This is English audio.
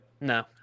No